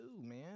man